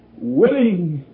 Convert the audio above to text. willing